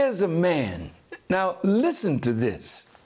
is a man now listen to this